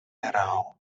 erao